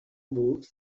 books